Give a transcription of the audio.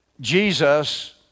Jesus